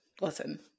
listen